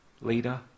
leader